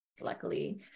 luckily